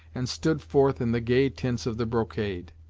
and stood forth in the gay tints of the brocade.